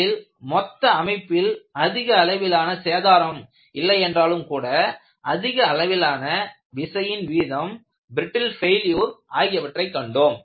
அதில் மொத்த அமைப்பில் அதிக அளவிலான சேதாரம் இல்லை என்றாலும் கூட அதிக அளவிலான விசையின் வீதம் பிரிட்டில் பெலியூர் ஆகியவற்றை கண்டோம்